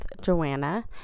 Joanna